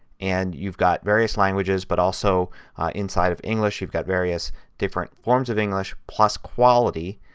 and you've got various languages but also inside of english you've got various different forms of english plus quality.